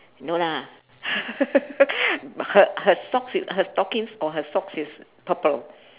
no lah her her socks is her stockings or her socks is purple